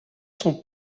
son